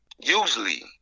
usually